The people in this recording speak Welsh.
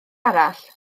arall